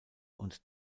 und